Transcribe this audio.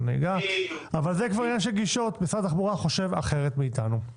אבל משרד התחבורה חושב אחרת מאתנו.